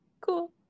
cool